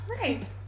Right